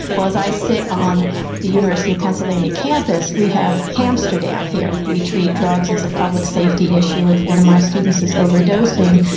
well, as i sit on the university of pennsylvania campus, we have hamsterdam here. we treat drugs as a public safety issue. if one of my students is overdosing,